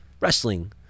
Wrestling